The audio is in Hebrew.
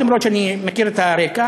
למרות שאני מכיר את הרקע,